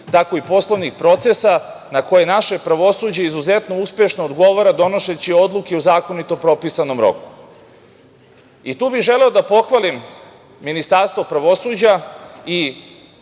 tako i poslovnih procesa na koje naše pravosuđe izuzetno uspešno odgovara, donoseći odluke u zakonito propisanom roku. Tu bih želeo da pohvalim Ministarstvo pravosuđa i